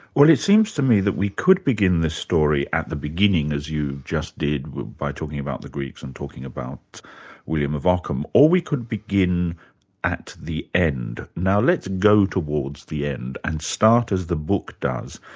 well it seems to me that we could begin the story at the beginning, as you just did by talking about the greeks and talking about william of ockham, or we could begin at the end. now let's go towards the end and start as the book does,